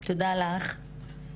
תודה לך.